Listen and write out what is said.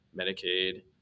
Medicaid